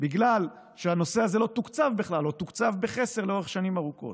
בגלל שהנושא הזה לא תוקצב בכלל או תוקצב בחסר לאורך שנים ארוכות.